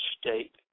state